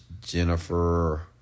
Jennifer